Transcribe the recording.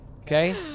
Okay